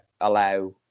allow